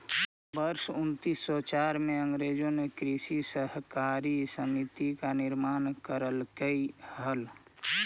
वर्ष उनीस सौ चार में अंग्रेजों ने कृषि सहकारी समिति का निर्माण करकई हल